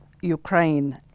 Ukraine